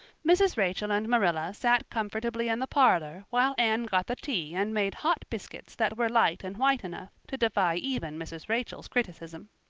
mrs. rachel and marilla sat comfortably in the parlor while anne got the tea and made hot biscuits that were light and white enough to defy even mrs. rachel's criticism.